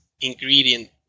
ingredient